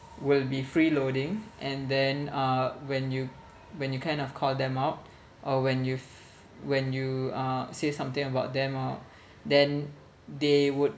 will be freeloading and then uh when you when you kind of call them out or when you f~ when you uh say something about them or then they would